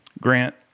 Grant